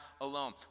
alone